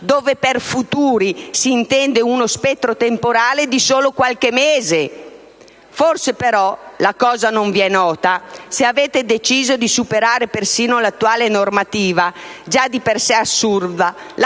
dove per "futuri" si intende uno spettro temporale di solo qualche mese. Forse però la cosa non vi è nota, se avete deciso perfino di superare l'attuale normativa, già di per sé assurda,